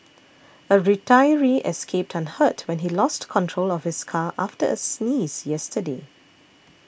a retiree escaped unhurt when he lost control of his car after a sneeze yesterday